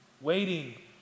Waiting